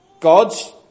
God's